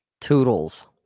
Toodles